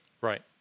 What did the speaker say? Right